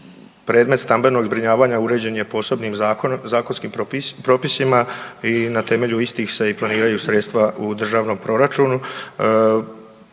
predmet stambenog zbrinjavanja uređen je posebnim zakonskim propisima i na temelju istih se i planiraju sredstava u državnom proračunu.